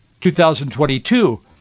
2022